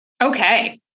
Okay